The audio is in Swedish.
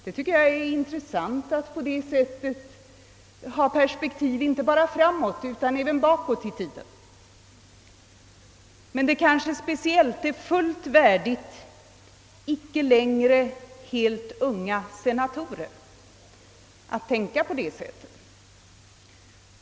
Det är intressant att man på det sättet anlägger perspektiv inte bara framåt utan även bakåt i tiden, och det är värdigt vördade, icke längre helt unga senatorer att göra detta.